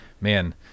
man